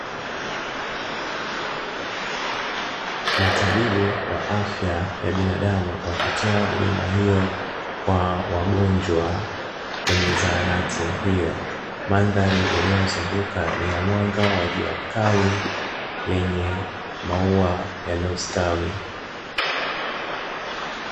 Matabibu wa afya ya binadamu wakitoa huduma hiyo kwa wagonjwa kwenye zahanati hiyo, mandhari iliyowazunguka ni ya mwanga wa jua kali lenye maua yaliyostawi.